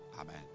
Amen